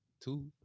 two